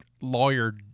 Lawyer